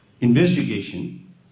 investigation